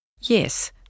Yes